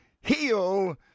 heal